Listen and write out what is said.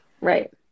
Right